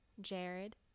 Jared